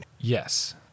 Yes